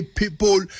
people